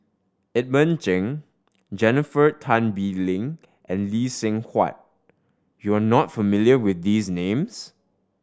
Edmund Cheng Jennifer Tan Bee Leng and Lee Seng Huat you are not familiar with these names